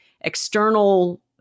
external